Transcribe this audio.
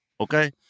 Okay